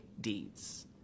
deeds